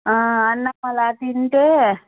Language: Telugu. అన్నం అలా తినద్దు అండి